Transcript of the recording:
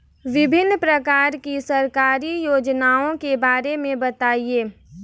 विभिन्न प्रकार की सरकारी योजनाओं के बारे में बताइए?